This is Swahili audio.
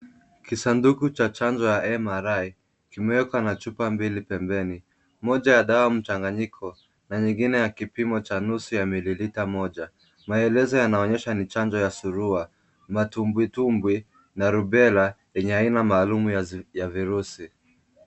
Kisanduku cha chanjo ya MRI kimewekwa na chupa mbili pembeni. Moja ya dawa mchanganyiko na nyingine ya kipimo cha nusu ya mililita moja. Maelezo yanaonyesha ni chanjo ya surua, matumbwitumbwi na rubella yenye aina maalum ya virusi.